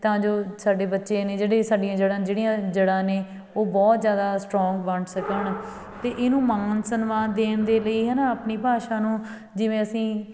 ਤਾਂ ਜੋ ਸਾਡੇ ਬੱਚੇ ਨੇ ਜਿਹੜੇ ਸਾਡੀਆਂ ਜੜ੍ਹਾਂ ਜਿਹੜੀਆਂ ਜੜ੍ਹਾਂ ਨੇ ਉਹ ਬਹੁਤ ਜ਼ਿਆਦਾ ਸਟਰੋਂਗ ਬਣ ਸਕਣ ਅਇਹਨੂੰ ਮਾਨ ਸਨਮਾਨ ਦੇਣ ਦੇ ਲਈ ਹੈ ਨਾ ਆਪਣੀ ਭਾਸ਼ਾ ਨੂੰ ਜਿਵੇਂ ਅਸੀਂ